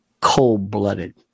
cold-blooded